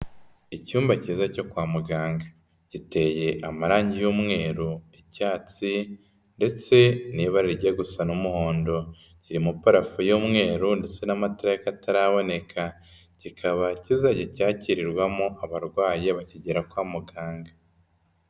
Icyumba cyiza cyo kwa muganga, giteye amarange y'umweru, icyatsi ndetse n'ibara rijya gusa n'umuhondo, kiririmo parafu y'umweru ndetse n'amatara y'akataraboneka, kikaba kizajya cyakirirwamo abarwayi bakigera kwa muganga.